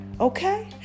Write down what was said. Okay